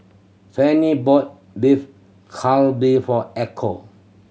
Fanny bought Beef for Echo